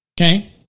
okay